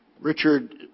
Richard